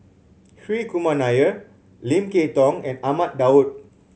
Hri Kumar Nair Lim Kay Tong and Ahmad Daud